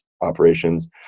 operations